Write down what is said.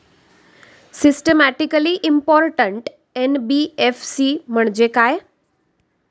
Systematically important NBFC म्हणजे काय?